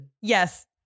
yes